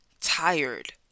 tired